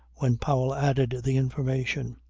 when powell added the information.